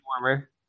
Warmer